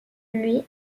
lui